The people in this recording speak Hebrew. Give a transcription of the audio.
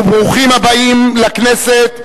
וברוכים הבאים לכנסת,